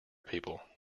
people